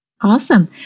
Awesome